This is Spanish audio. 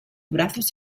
brazos